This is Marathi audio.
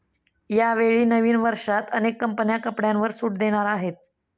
यावेळी नवीन वर्षात अनेक कंपन्या कपड्यांवर सूट देणार आहेत